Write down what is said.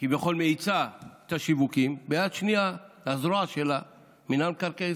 כביכול מאיצה את השיווקים וביד שנייה מינהל מקרקעי